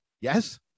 Yes